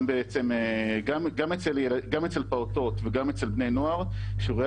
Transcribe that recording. גם אצל פעוטות וגם אצל בני נוער שיעורי